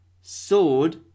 Sword